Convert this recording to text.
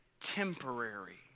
temporary